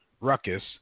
ruckus